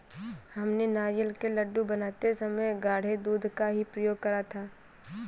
हमने नारियल के लड्डू बनाते समय गाढ़े दूध का ही प्रयोग करा था